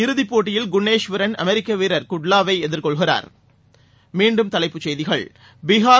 இறுதி போட்டியில்குன்னேஷ்வரன அமெரிக்க வீரர் குட்லாவை எதிர்கொள்கிறார்